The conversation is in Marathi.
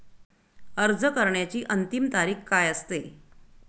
अर्ज करण्याची अंतिम तारीख काय असते?